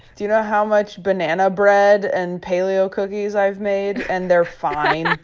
do you know how much banana bread and paleo cookies i've made? and they're fine.